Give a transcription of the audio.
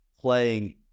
playing